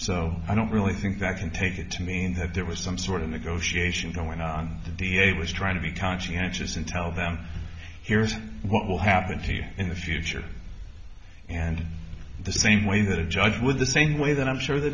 so i don't really think that can take it to mean that there was some sort of negotiation going on the d a was trying to be conscientious and tell them here's what will happen to you in the future and the same way that a judge with the same way that i'm sure the